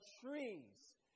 trees